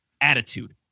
attitude